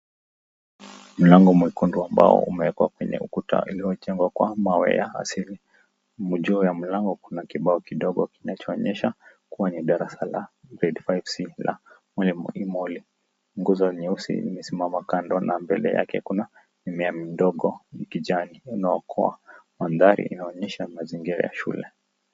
Mlango mwekundu ambao umeekwa kwenye ukuta ulionjengwa kwa mawe ya asali. Juu ya mlango kuna kibao kidogo kinachoonyesha kuwa ni darasa la gredi 5c la mwalimu Emoli. Guzo nyeusi limesimama kando na mbele yake kuna mimea midogo ya kijani inayokua. Madhali inaonyesha ni mazingira ya shule.